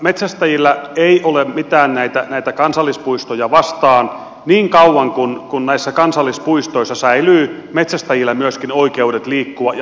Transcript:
metsästäjillä ei ole mitään näitä kansallispuistoja vastaan niin kauan kuin näissä kansallispuistoissa säilyy metsästäjillä myöskin oikeudet liikkua ja harrastaa